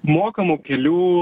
mokamų kelių